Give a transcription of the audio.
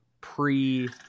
pre